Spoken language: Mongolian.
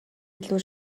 илүү